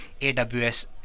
AWS